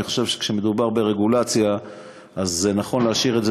אני חושב שכשמדובר ברגולציה נכון להשאיר את זה